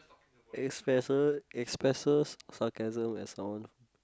expresses expresses sarcasm as norm